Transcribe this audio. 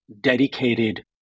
dedicated